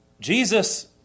Jesus